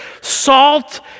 salt